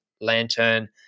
Lantern